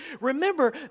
remember